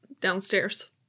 downstairs